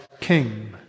king